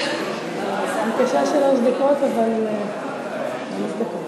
בבקשה, שלוש דקות, אבל שלוש דקות.